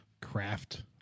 craft